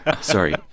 Sorry